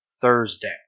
Thursday